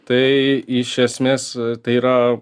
tai iš esmės tai yra